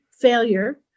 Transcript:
failure